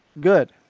good